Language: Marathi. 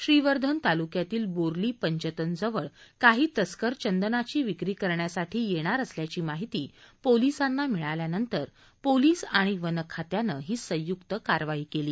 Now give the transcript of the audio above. श्रीवर्धन तालुक्यातील बोर्लीपंचतनजवळ काही तस्कर चंदनाची विक्री कऱण्यासाठी येणार असल्याची माहिती पोलिसांना मिळाल्यानंतर पोलीस आणि वनखात्यानं ही संयुक्त कारवाई केली